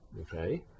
okay